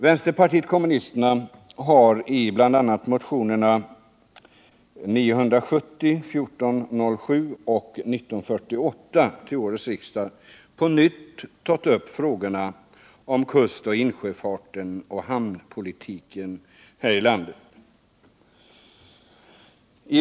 Vänsterpartiet kommunisterna har i bl.a. motionerna 970, 1407 och 1948 till årets riksmöte på nytt tagit upp frågorna om kustoch insjöfarten och hamnpolitiken här i landet.